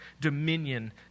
dominion